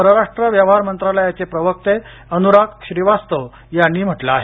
परराष्ट्र व्यवहार मंत्रालयाचे प्रवक्ते अनुराग श्रीवास्तव यांनी म्हटलं आहे